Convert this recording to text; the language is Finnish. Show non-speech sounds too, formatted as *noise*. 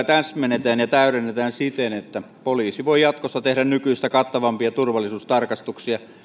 *unintelligible* täsmennetään ja täydennetään siten että poliisi voi jatkossa tehdä nykyistä kattavampia turvallisuustarkastuksia